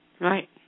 Right